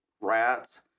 rats